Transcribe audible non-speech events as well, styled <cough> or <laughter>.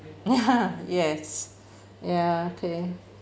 ya <laughs> yes ya okay